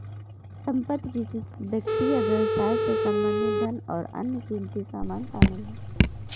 संपत्ति किसी व्यक्ति या व्यवसाय से संबंधित धन और अन्य क़ीमती सामान शामिल हैं